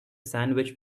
sandwich